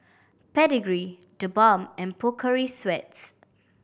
Pedigree TheBalm and Pocari Sweat